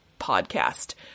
podcast